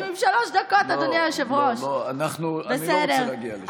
רגע, מיקי הפריע לה.